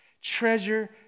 Treasure